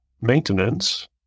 maintenance